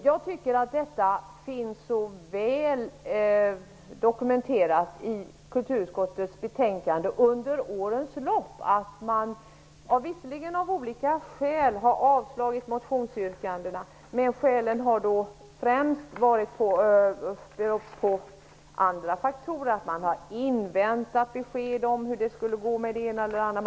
Det här ärendet har blivit mycket väl dokumenterat i kulturutskottets betänkanden under årens lopp. Av olika skäl har man visserligen avstyrkt motionsyrkandena. Det har dock främst berott på att man har inväntat besked om hur det skall gå med det ena eller det andra.